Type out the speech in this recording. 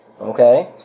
Okay